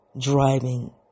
driving